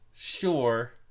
sure